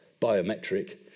biometric